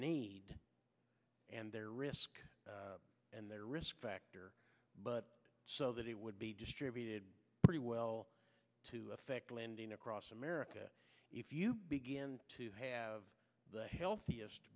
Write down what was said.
need and their risk and their risk factor but so that it would be distributed pretty well to affect lending across america if you begin to have the healthiest